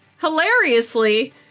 Hilariously